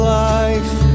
life